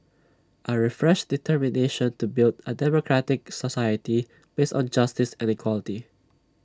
A refreshed determination to build A democratic society based on justice and equality